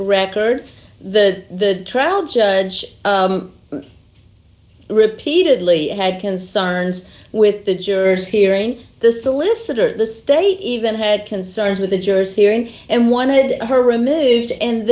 record the trial judge repeatedly had concerns with the jurors hearing the solicitor the state even had concerns with the jurors hearing and wanted her removed and